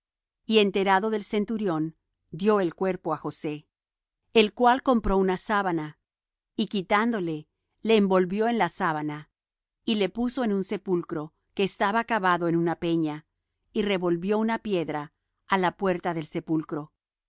y enterado del centurión dió el cuerpo á josé el cual compró una sábana y quitándole le envolvió en la sábana y le puso en un sepulcro que estaba cavado en una peña y revolvió una piedra á la puerta del sepulcro